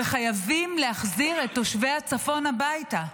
וחייבים להחזיר את תושבי הצפון הביתה.